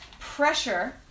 pressure